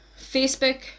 Facebook